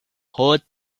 hood